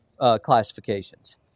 classifications